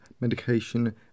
medication